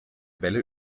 welle